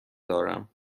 دارم